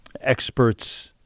experts